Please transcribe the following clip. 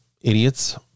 idiots